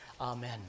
amen